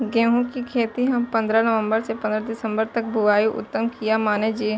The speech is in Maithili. गेहूं के खेती हम पंद्रह नवम्बर से पंद्रह दिसम्बर तक बुआई उत्तम किया माने जी?